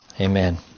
Amen